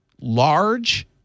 large